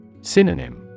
Synonym